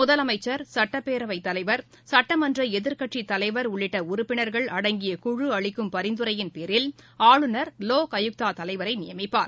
முதலமைச்சர் சுட்டப்பேரவை தலைவர் சட்டமன்ற எதிர்கட்சித் தலைவர் உள்ளிட்ட உறுப்பினர்கள் அடங்கிய குழு அளிக்கும் பரிந்துரையின் பேரில் ஆளுநர் லோக் ஆயுக்தா தலைவரை நியமிப்பார்